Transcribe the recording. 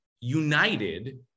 united